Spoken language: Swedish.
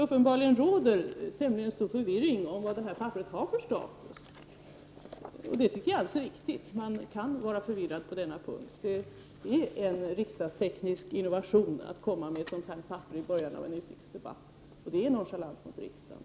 Uppenbarligen råder det tämligen stor förvirring om vilken status det här papperet har. Och det tycker jag är alldeles riktigt — man kan vara förvirrad på den punkten. Det är en riksdagsteknisk innovation att komma med ett sådant papper i början av en utrikesdebatt, och det är nonchalant mot riksdagen.